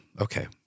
Okay